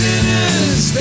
Sinners